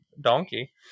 donkey